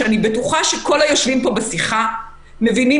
ואני בטוחה שכל היושבים פה בשיחה מבינים